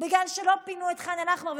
בגלל שלא פינו את ח'אן אל-אחמר,